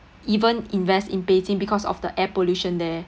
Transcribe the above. even invest in beijing because of the air pollution there